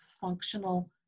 functional